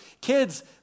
Kids